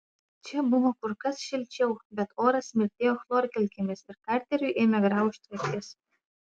čia buvo kur kas šilčiau bet oras smirdėjo chlorkalkėmis ir karteriui ėmė graužti akis